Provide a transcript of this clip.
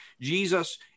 Jesus